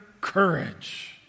courage